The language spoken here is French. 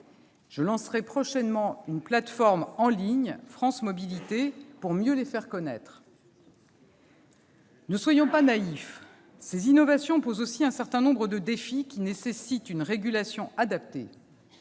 Je lancerai prochainement une plateforme en ligne, France Mobilités, pour mieux les faire connaître. Ne soyons pas naïfs ! Ces innovations posent aussi un certain nombre de défis, qui nécessitent une régulation adaptée.